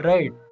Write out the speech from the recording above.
Right